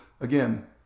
again